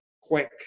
quick